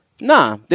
Nah